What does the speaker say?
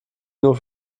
nur